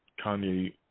Kanye